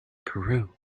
peru